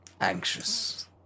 anxious